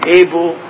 able